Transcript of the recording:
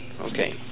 Okay